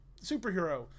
superhero